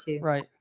right